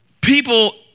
people